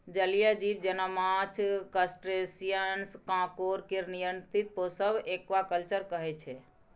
जलीय जीब जेना माछ, क्रस्टेशियंस, काँकोर केर नियंत्रित पोसब एक्वाकल्चर कहय छै